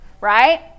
right